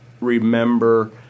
remember